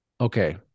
Okay